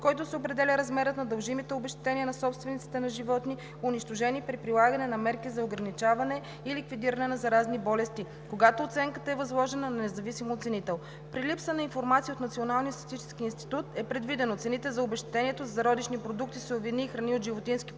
който се определя размерът на дължимите обезщетения на собствениците на животни, унищожени при прилагане на мерки за ограничаване и ликвидиране на заразни болести, когато оценката е възложена на независим оценител. При липса на информация от Националния статистически институт е предвидено цените за обезщетението за зародишни продукти, суровини и храни от животински произход,